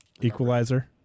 equalizer